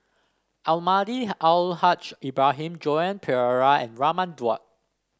Almahdi Al Haj Ibrahim Joan Pereira and Raman Daud